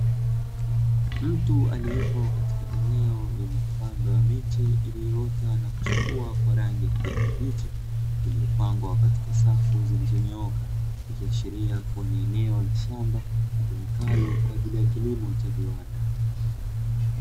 Mtu aliyepo katika eneo lenye kupandwa miche iliyoota na kuchipua kwa rangi ya kijani kibichi iliyopangwa katika safu zilizonyooka. Ikiashiria kuwa ni eneo la shamba litumikalo kwa ajili ya kilimo cha viwanda.